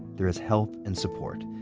there is help and support.